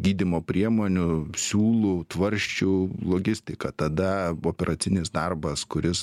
gydymo priemonių siūlų tvarsčių logistika tada operacinis darbas kuris